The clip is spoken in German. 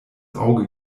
auge